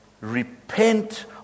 repent